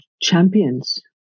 champions